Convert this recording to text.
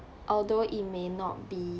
although it may not be